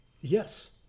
yes